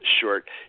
Short